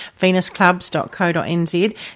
venusclubs.co.nz